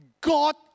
God